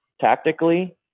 tactically